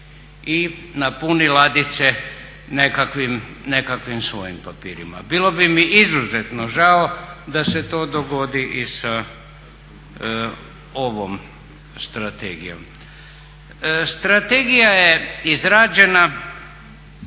i napuni ladice nekakvim svojim papirima. Bilo bi mi izuzetno žao da se to dogodi i sa ovom strategijom. Strategija je izrađena